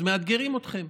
אז מאתגרים אתכם,